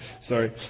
Sorry